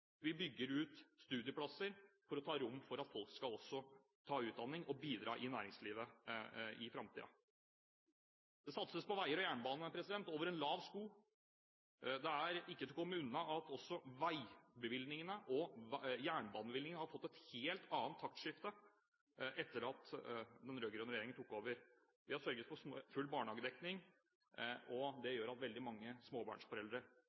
Vi bygger ut studieplasser for å gi rom for at folk også skal ta utdanning og bidra i næringslivet i framtiden. Det satses på veier og jernbane over en lav sko. Det er ikke til å komme unna at også veibevilgningene og jernbanebevilgningene har fått et helt annet taktskifte etter at den rød-grønne regjeringen tok over. Vi har sørget for full barnehagedekning, og det gjør at veldig mange småbarnsforeldre